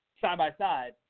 side-by-side